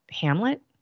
Hamlet